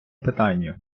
питанню